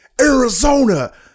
Arizona